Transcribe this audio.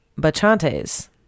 Bachantes